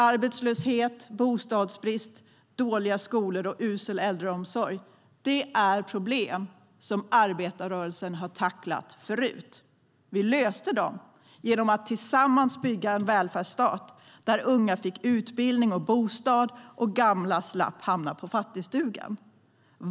Arbetslöshet, bostadsbrist, dåliga skolor och usel äldreomsorg är problem som arbetarrörelsen har tacklat förr. Vi löste dem genom att tillsammans bygga en välfärdsstat där unga fick utbildning och bostad och gamla slapp hamna på fattigstugan.